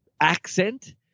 Accent